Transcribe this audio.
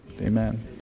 Amen